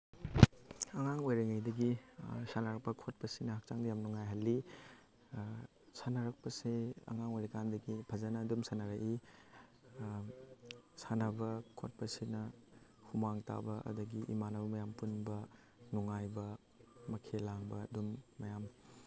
ꯑꯉꯥꯡ ꯑꯣꯏꯔꯤꯉꯩꯗꯒꯤ ꯁꯥꯔꯛꯄ ꯈꯣꯠꯄꯁꯤꯅ ꯍꯛꯆꯥꯡꯗ ꯌꯥꯝ ꯅꯨꯡꯉꯥꯏꯍꯜꯂꯤ ꯁꯥꯟꯅꯔꯛꯄꯁꯦ ꯑꯉꯥꯡ ꯑꯣꯏꯔꯤꯀꯥꯟꯗꯒꯤ ꯐꯖꯅ ꯑꯗꯨꯝ ꯁꯥꯟꯅꯔꯛꯏ ꯁꯥꯟꯅꯕ ꯈꯣꯠꯄꯁꯤꯅ ꯍꯨꯃꯥꯡ ꯇꯥꯕ ꯑꯗꯒꯤ ꯏꯃꯥꯟꯅꯕ ꯃꯌꯥꯝ ꯄꯨꯟꯕ ꯅꯨꯡꯉꯥꯏꯕ ꯃꯈꯦꯂꯥꯡꯕ ꯑꯗꯨꯝ ꯃꯌꯥꯝ